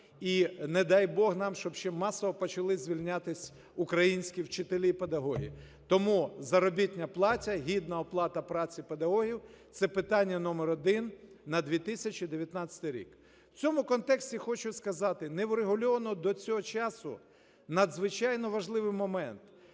і, не дай Бог нам, щоб ще масово почали звільнятись українські вчителі і педагоги. Тому заробітна плата, гідна оплата праці педагогів – це питання номер один на 2019 рік. У цьому контексті хочу сказати: неврегульований до цього часу надзвичайно важливий момент: